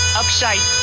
upside